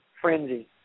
frenzy